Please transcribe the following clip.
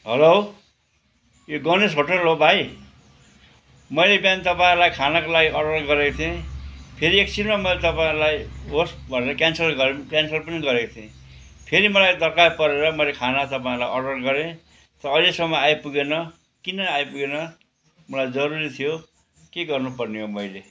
hello यो Ganesh hotel हो भाइ मैले बिहान तपाईँहरूलाई खानाको लागि अर्डर गरेको थिएँ फेरि एक छिनमा मैले तपाईँहरूलाई होस् भनेर क्यान्सल गर् क्यान्सल पनि गरेको थिएँ फेरि मलाई दर्कार परेर मैले खाना तपाईँहरूलाई अर्डर गरेँ तर अहिलेसम्म आइपुगेन किन आइपुगेन मलाई जरुरी थियो के गर्नु पर्ने हो मैले